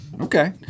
Okay